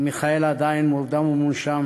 ומיכאל עדיין מורדם ומונשם.